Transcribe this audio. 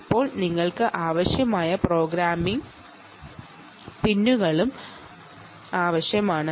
ഇനി നിങ്ങൾക്ക് പ്രോഗ്രാമിംഗ് പിന്നുകളും ആവശ്യമാണ്